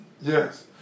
Yes